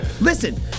listen